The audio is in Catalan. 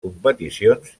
competicions